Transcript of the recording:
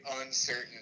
uncertain